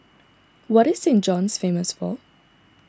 what is Saint John's famous for